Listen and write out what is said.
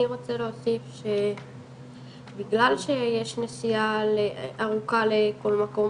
אני רוצה להוסיף שבגלל שיש נסיעה ארוכה לכל מקום